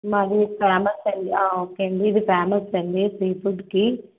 మాది ఫేమస్ అండి ఓకే అండి ఇది ఫేమస్ అండి సీ ఫుడ్కి